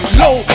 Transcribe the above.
low